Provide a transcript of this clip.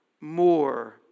more